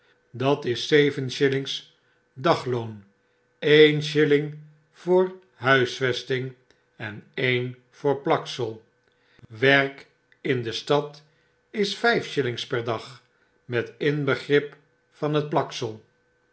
dat is zeven shillings dagloon een shilling voor huisvesting en een voor plaksel werk in de stad is vijf shillings per dag met inbegrip van het plaksel